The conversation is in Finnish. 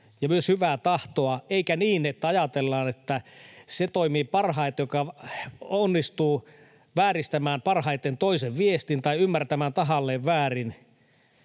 ja myös hyvää tahtoa, eikä niin, että ajatellaan, että se toimii parhaiten, joka onnistuu vääristämään parhaiten toisen viestin tai ymmärtämään tahallaan väärin.